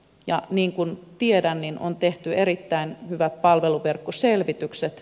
ja niin kuin tiedän on tehty erittäin hyvät palveluverkkoselvitykset